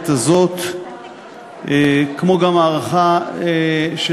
אינו נוכח אברהים צרצור,